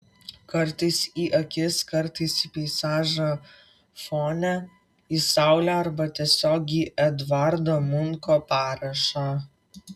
kartais į akis kartais į peizažą fone į saulę arba tiesiog į edvardo munko parašą